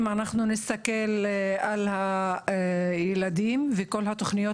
אם אנחנו נסתכל על הילדים וכל התוכניות,